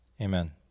amen